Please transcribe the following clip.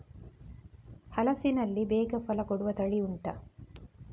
ಹಲಸಿನಲ್ಲಿ ಬೇಗ ಫಲ ಕೊಡುವ ತಳಿ ಉಂಟಾ